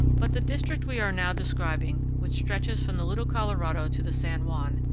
but the district we are now describing, which stretches from the little colorado to the san juan,